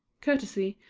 courtesy,